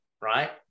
right